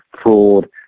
fraud